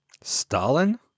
Stalin